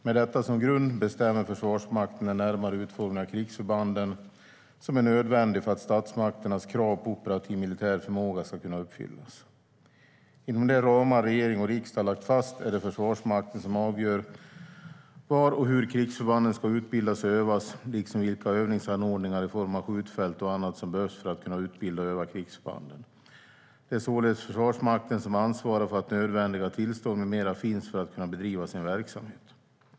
Med detta som grund bestämmer Försvarsmakten den närmare utformning av krigsförbanden som är nödvändig för att statsmakternas krav på operativ militär förmåga ska kunna uppfyllas. Inom de ramar regering och riksdag har lagt fast är det Försvarsmakten som avgör var och hur krigsförbanden ska utbildas och övas, liksom vilka övningsanordningar i form av skjutfält och annat som behövs för att kunna utbilda och öva krigsförbanden. Det är således Försvarsmakten som ansvarar för att nödvändiga tillstånd med mera finns för att kunna bedriva sin verksamhet.